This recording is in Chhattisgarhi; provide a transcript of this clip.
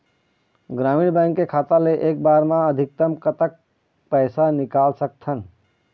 ग्रामीण बैंक के खाता ले एक बार मा अधिकतम कतक पैसा निकाल सकथन?